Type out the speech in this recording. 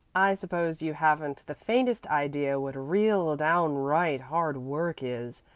i suppose you haven't the faintest idea what real, downright hard work is,